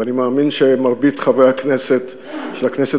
ואני מאמין שמרבית חברי הכנסת של הכנסת